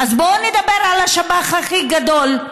אז בואו נדבר על השב"ח הכי גדול,